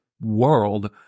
world